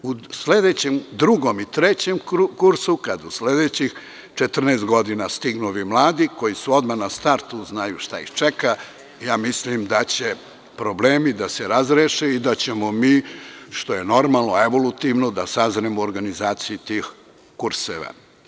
U sledećem drugom i trećem kursu, kada u sledećih 14 godina stignu ovi mladi koji su odmah na startu i znaju šta ih čeka, ja mislim da će problemi da se razreše i da ćemo mi, što je normalno, evolutivno da sazremo u organizaciji tih kurseva.